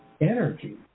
energy